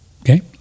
Okay